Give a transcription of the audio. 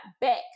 back